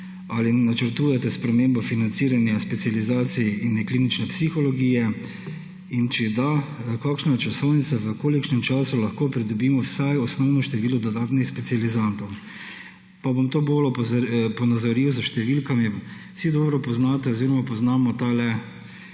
Ali načrtujete spremembo financiranja specializacij in klinične psihologije? Če da: Kakšna je časovnica, v kolikšnem času lahko pridobimo vsaj osnovno število dodatnih specializantov? Pa bom to bolj ponazoril s številkami. Vsi dobro poznate oziroma poznamo to